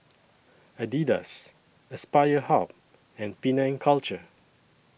Adidas Aspire Hub and Penang Culture